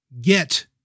get